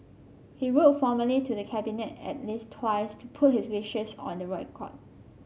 he wrote formally to the Cabinet at least twice to put his wishes on the record